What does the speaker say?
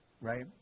right